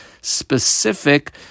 specific